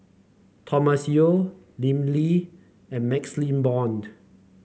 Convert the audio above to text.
Thomas Yeo Lim Lee and MaxLe Blond